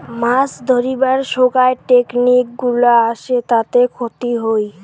মাছ ধরিবার সোগায় টেকনিক গুলা আসে তাতে ক্ষতি হই